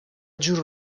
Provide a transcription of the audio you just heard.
جور